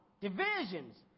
Divisions